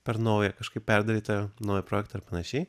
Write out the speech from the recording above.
per naują kažkaip perdaryti naują projektą ir panašiai